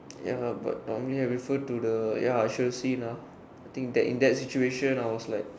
ya lah but normally I refer to the ya I should've seen ah I think that in that situation I was like